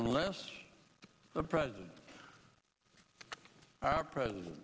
unless the president our president